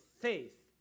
faith